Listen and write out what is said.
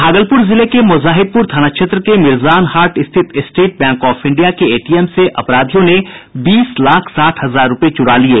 भागलपुर जिले के मोजाहिदपुर थाना क्षेत्र के मिरजान हाट स्थित स्टेट बैंक ऑफ इंडिया के एटीएम से अपराधियों ने बीस लाख साठ हजार रूपये चुरा लिये